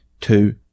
two